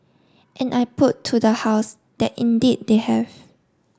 and I put to the house that indeed they have